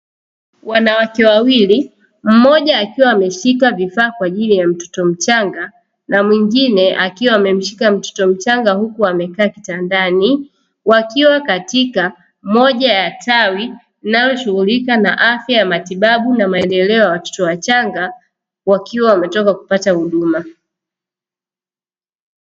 Wanawake wawili, mmoja akiwa ameshika vifaa kwa ajili ya mtoto mchanga na mwingine akiwa amemshika mtoto mchanga huku amekaa kitandani, wakiwa katika moja ya tawi linaloshughulika na afya ya matibabu na maendeleo ya watoto wachanga wakiwa wametoka kupata huduma.